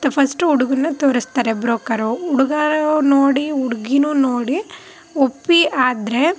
ತ ಫಸ್ಟು ಹುಡುಗನ್ನ ತೋರಿಸ್ತಾರೆ ಬ್ರೋಕರು ಹುಡುಗ ನೋಡಿ ಹುಡ್ಗಿಯೂ ನೋಡಿ ಒಪ್ಪಿ ಆದರೆ